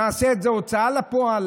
נעשה את זה בהוצאה לפועל.